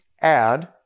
add